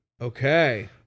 Okay